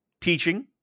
teaching